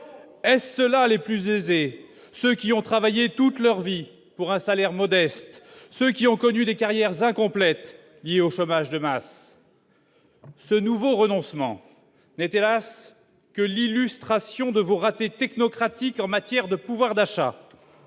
est cela les plus aisés, ceux qui ont travaillé toute leur vie pour un salaire modeste, ceux qui ont connu des carrières incomplètes, liée au chômage de masse. Ce nouveau renoncement n'est hélas que l'illustration de vos raté technocratique en matière de pouvoir d'achat,